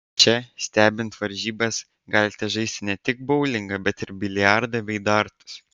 čia stebint varžybas galite žaisti ne tik boulingą bet ir biliardą bei dartus